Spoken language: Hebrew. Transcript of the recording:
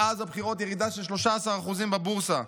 מאז הבחירות ירידה של 13% בבורסה.